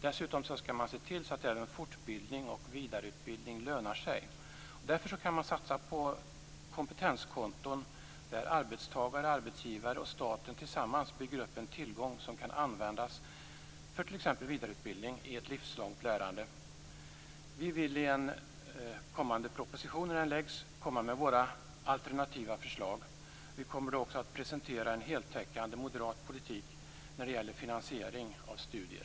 Dessutom skall man se till att även fortbildning och vidareutbildning lönar sig. Därför kan man satsa på kompetenskonton, där arbetstagare, arbetsgivare och staten tillsammans bygger upp en tillgång som kan användas för t.ex. vidareutbildning i ett livslångt lärande. Vi vill i samband med att en kommande proposition läggs fram komma med våra alternativa förslag. Vi kommer då också att presentera en heltäckande moderat politik när det gäller finansiering av studier.